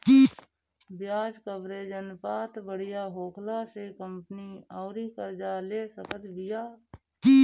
ब्याज कवरेज अनुपात बढ़िया होखला से कंपनी अउरी कर्जा ले सकत बिया